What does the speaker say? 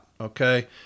okay